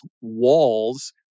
walls